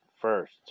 first